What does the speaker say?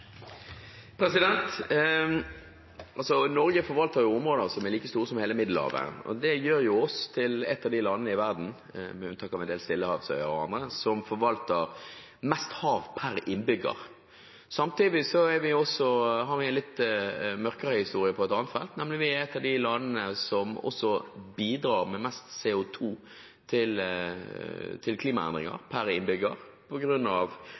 like store som hele Middelhavet. Det gjør oss til et av de landene i verden – med unntak av en del stillehavsøyer og andre – som forvalter mest hav per innbygger. Samtidig har vi en litt mørkere historie på et annet felt. Vi er nemlig et av de landene som bidrar med mest CO 2 til